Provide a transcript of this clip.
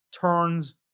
turns